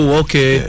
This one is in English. okay